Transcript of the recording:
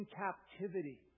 captivity